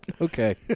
Okay